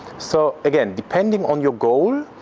so again depending on your goal